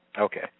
Okay